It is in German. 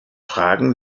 fragen